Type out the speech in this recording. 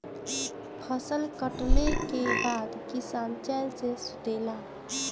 फसल कटले के बाद किसान चैन से सुतेला